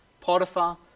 Potiphar